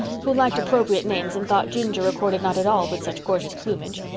who liked appropriate names and thought ginger accorded not at all with such gorgeous plumage.